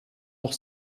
noch